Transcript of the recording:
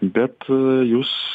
bet jūs